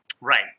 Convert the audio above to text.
Right